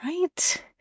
Right